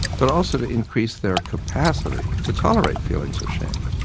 but also to increase their capacity to tolerate feelings of shame